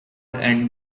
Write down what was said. and